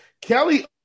Kelly